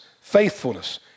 faithfulness